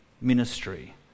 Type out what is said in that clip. ministry